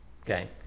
Okay